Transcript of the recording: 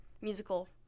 musical